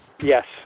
yes